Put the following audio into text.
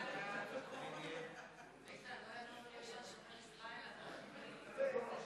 ההסתייגות (1) של חבר הכנסת דב חנין לסעיף 14